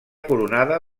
coronada